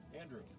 Andrew